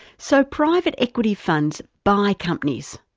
so private equity funds buy companies,